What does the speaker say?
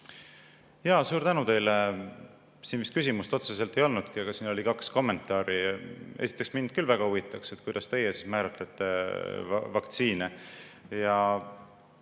Suur tänu teile! Siin vist küsimust otseselt ei olnudki, aga oli kaks kommentaari. Esiteks, mind küll väga huvitaks, kuidas teie siis määratlete vaktsiine.